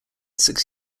six